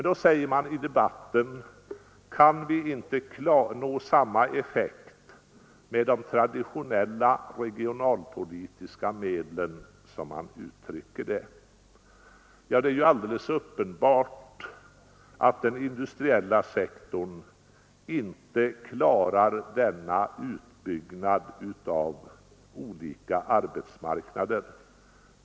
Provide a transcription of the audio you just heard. Då undrar man i debatten om man inte kan nå samma effekt med ”de traditionella regionalpolitiska medlen”, som man uttrycker det. Det är alldeles uppenbart att den industriella sektorn inte klarar denna utbyggnad av olika arbetsmarknader.